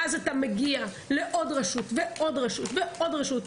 ואז אתה מגיע לעוד רשות ועוד רשות ועוד רשות,